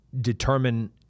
determine